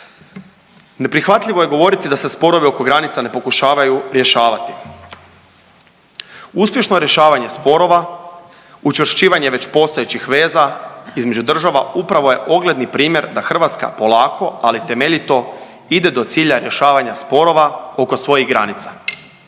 Neprihvatljivo je govoriti da se sporovi oko granica ne pokušavaju rješavati. Uspješno rješavanje sporova, učvršćivanje već postojećih veza između država upravo je ogledni primjer da Hrvatska polako, ali temeljito ide do cilja rješavanja sporova oko svojih granica.